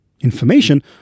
Information